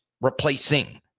replacing